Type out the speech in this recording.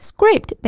Script